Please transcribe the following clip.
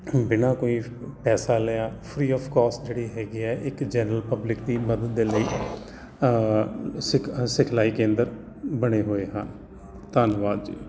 ਬਿਨਾਂ ਕੋਈ ਪੈਸਾ ਲਿਆਂ ਫਰੀ ਆਫ ਕੋਸਟ ਜਿਹੜੀ ਹੈਗੀ ਆ ਇੱਕ ਜਨਰਲ ਪਬਲਿਕ ਦੀ ਮਦਦ ਦੇ ਲਈ ਸਿਖ ਸਿਖਲਾਈ ਕੇਂਦਰ ਬਣੇ ਹੋਏ ਹਨ ਧੰਨਵਾਦ ਜੀ